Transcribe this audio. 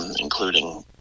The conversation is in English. including